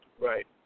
Right